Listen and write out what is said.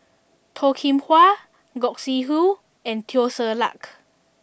Toh Kim Hwa Gog Sing Hooi and Teo Ser Luck